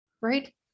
Right